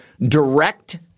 direct